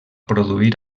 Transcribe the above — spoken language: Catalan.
produir